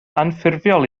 anffurfiol